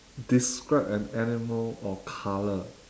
describe an animal or color